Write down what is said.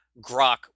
grok